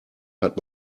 hat